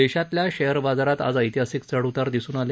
देशातल्या शेअर बाजारात आज ऐतिहासिक चढ उतार दिसून आले